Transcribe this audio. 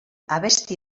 abesti